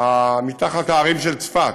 ההרים של צפת,